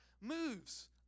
moves